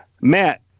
Matt